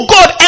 God